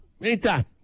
Anytime